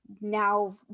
now